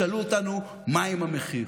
ישאלו אותנו: מה עם המחיר?